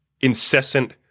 incessant